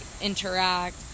interact